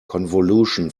convolution